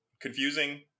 confusing